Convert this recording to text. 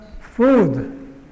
food